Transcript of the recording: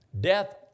Death